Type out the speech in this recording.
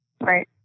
Right